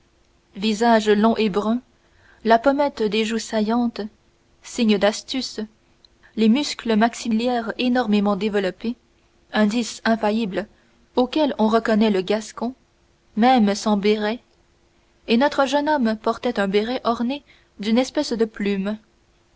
visage long et brun la pommette des joues saillante signe d'astuce les muscles maxillaires énormément développés indice infaillible auquel on reconnaît le gascon même sans béret et notre jeune homme portait un béret orné d'une espèce de plume